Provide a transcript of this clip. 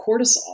cortisol